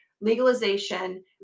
legalization